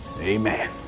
Amen